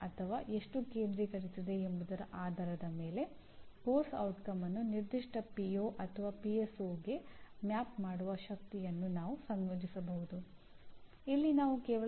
ಇದರ ಹೊರತು ಹೊಣೆಗಾರರಲ್ಲಿ ವಿಶ್ವವಿದ್ಯಾಲಯಗಳು ರಾಜ್ಯ ಸರ್ಕಾರ ಎಐಸಿಟಿಇ ಮತ್ತು ರಾಷ್ಟ್ರೀಯ ಮಾನ್ಯತೆ ಮಂಡಳಿಯು ಸೇರಿದೆ